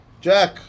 Jack